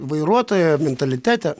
vairuotojo mentalitete